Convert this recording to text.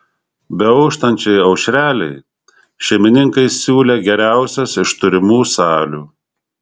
beauštančiai aušrelei šeimininkai siūlė geriausias iš turimų salių